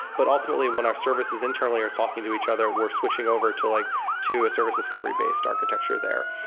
but ultimately when our services internally are talking to each other, we're switching over to like to a service discovery-based architecture there.